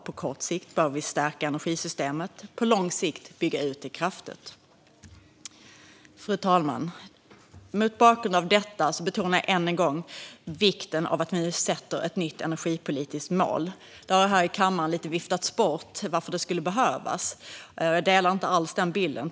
På kort sikt behöver vi stärka energisystemet, och på lång sikt behöver vi bygga ut det kraftigt. Fru talman! Mot bakgrund av detta betonar jag än en gång vikten av att vi sätter ett nytt energipolitiskt mål. Det har här i kammaren lite viftats bort att det skulle behövas. Jag delar inte alls den bilden.